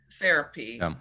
therapy